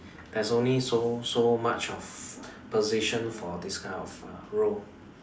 there's only so so much of position for this kind of uh role